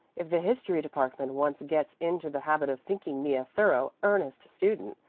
if the history department once gets into the habit of thinking me a thorough, earnest student,